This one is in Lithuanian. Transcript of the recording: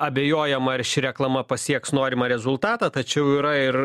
abejojama ar ši reklama pasieks norimą rezultatą tačiau yra ir